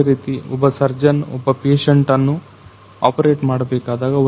ಅದೇ ರೀತಿ ಒಬ್ಬ ಸರ್ಜನ್ ಒಬ್ಬ ಪೇಷಂಟನ್ನು ಆಪರೇಟ್ ಮಾಡಬೇಕಾದಾಗ